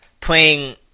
playing